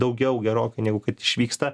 daugiau gerokai negu kad išvyksta